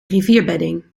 rivierbedding